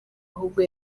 ahubwo